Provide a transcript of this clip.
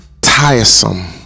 tiresome